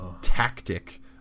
tactic